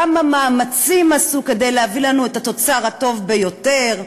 כמה מאמצים עשו כדי להביא לנו את התוצר הטוב ביותר,